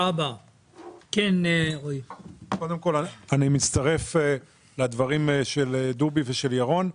אני מצטרף לדברים של דובי ושל ירון.